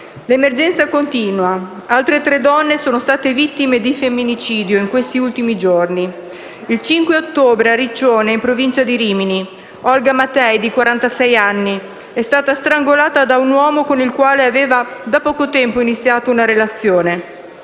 L'emergenza continua: altre tre donne sono state vittime di femminicidio in questi ultimi giorni. Il 5 ottobre a Riccione, in provincia di Rimini, Olga Matei, di quarantasei anni, è stata strangolata da un uomo con il quale aveva da poco tempo iniziato una relazione,